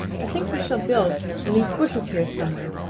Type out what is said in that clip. i think we shall build in these bushes here somewhere.